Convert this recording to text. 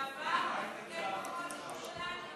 בעבר כיהן כמפקד מחוז ירושלים במשטרה.